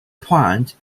plant